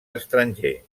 estranger